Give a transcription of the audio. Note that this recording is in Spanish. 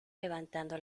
levantando